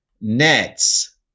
Nets